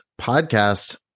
podcast